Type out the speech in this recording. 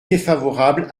défavorable